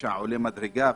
שהפשע עולה מדרגה.